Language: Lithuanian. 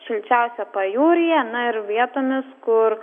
šilčiausia pajūryje na ir vietomis kur